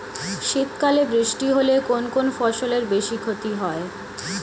শীত কালে বৃষ্টি হলে কোন কোন ফসলের বেশি ক্ষতি হয়?